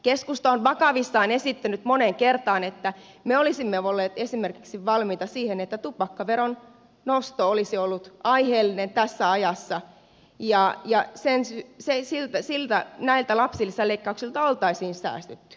keskusta on vakavissaan esittänyt moneen kertaan että me olisimme olleet esimerkiksi valmiita siihen että tupakkaveron nosto olisi ollut aiheellinen tässä ajassa ja sillä näiltä lapsilisäleikkauksilta oltaisiin säästytty